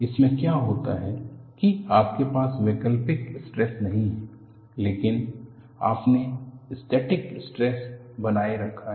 इसमें क्या होता है कि आपके पास वैकल्पिक स्ट्रेस नहीं है लेकिन आपने स्टैटिक स्ट्रेस बनाए रखा है